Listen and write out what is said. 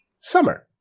summer